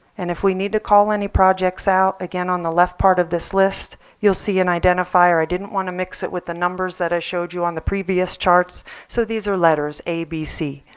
and if we need to call any projects out, again on the left part of this list you'll see an identifier i didn't want to mix it with the numbers that i showed you on the previous charts so these are letters, a, b, c.